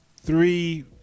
three